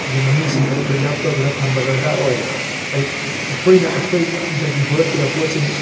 ꯒꯤ ꯃꯃꯤꯡꯁꯤꯡ ꯑꯗꯨ ꯄ꯭ꯔꯤꯖꯥꯕ ꯇꯧꯗꯨꯅ ꯊꯝꯕ ꯗꯔꯀꯥꯔ ꯑꯣꯏ ꯀꯔꯤ ꯑꯩꯈꯣꯏꯅ ꯑꯩꯈꯣꯏꯗꯒꯤ ꯍꯧꯔꯛꯈꯤꯕ ꯄꯣꯠꯁꯤꯡ